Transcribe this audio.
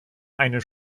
einen